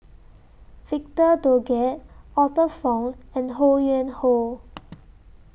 Victor Doggett Arthur Fong and Ho Yuen Hoe